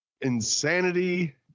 insanity